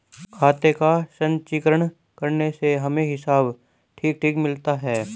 खाते का संचीकरण करने से हमें हिसाब ठीक ठीक मिलता है